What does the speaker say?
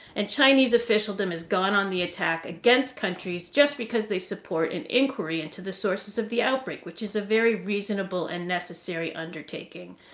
and chinese officialdom has gone on the attack against countries just because they support an inquiry into the sources of the outbreak, which is a very reasonable and necessary undertaking.